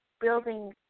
building